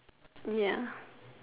ya